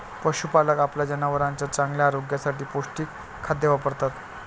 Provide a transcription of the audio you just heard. पशुपालक आपल्या जनावरांच्या चांगल्या आरोग्यासाठी पौष्टिक खाद्य वापरतात